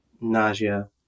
nausea